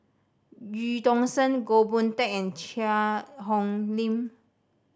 Eu Tong Sen Goh Boon Teck and Cheang Hong Lim